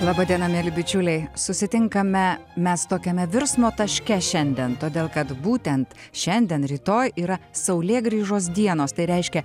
laba diena mieli bičiuliai susitinkame mes tokiame virsmo taške šiandien todėl kad būtent šiandien rytoj yra saulėgrįžos dienos tai reiškia